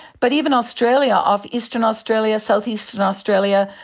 but even australia, off eastern australia, south-eastern australia,